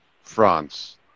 France